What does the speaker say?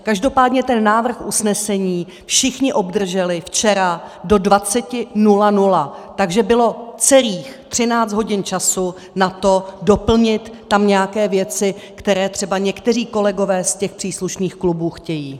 Každopádně ten návrh usnesení všichni obdrželi včera do 20.00, takže bylo celých 13 hodin času na to doplnit tam nějaké věci, které třeba někteří kolegové z příslušných klubů chtějí.